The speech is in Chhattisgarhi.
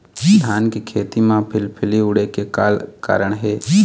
धान के खेती म फिलफिली उड़े के का कारण हे?